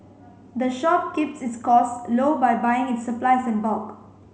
the shop keeps its costs low by buying its supplies in bulk